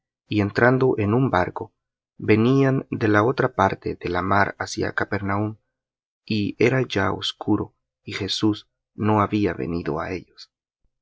y entrando en un barco venían de la otra parte de la mar hacia capernaum y era ya oscuro y jesús no había venido á ellos